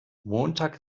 montag